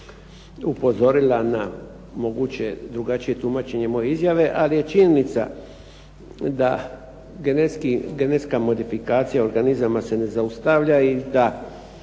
upozorila na moguće drugačije tumačenje moje izjave, ali je činjenica da genetska modifikacija organizama se ne zaustavlja i da